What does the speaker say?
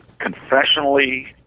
confessionally